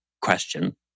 question